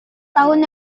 tahun